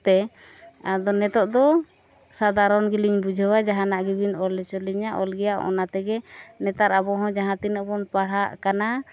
ᱛᱮ ᱟᱫᱚ ᱱᱤᱛᱚᱜ ᱫᱚ ᱥᱟᱫᱷᱟᱨᱚᱱ ᱜᱮᱞᱤᱧ ᱵᱩᱡᱷᱟᱹᱣᱟ ᱡᱟᱦᱟᱱᱟᱜ ᱜᱮᱵᱤᱱ ᱚᱞ ᱦᱚᱪᱚᱞᱤᱧᱟ ᱚᱞ ᱜᱮᱭᱟ ᱚᱱᱟ ᱛᱮᱜᱮ ᱱᱮᱛᱟᱨ ᱟᱵᱚ ᱦᱚᱸ ᱡᱟᱦᱟᱸ ᱛᱤᱱᱟᱹᱜ ᱵᱚᱱ ᱯᱟᱲᱦᱟᱜ ᱠᱟᱱᱟ